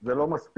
זה לא מספיק.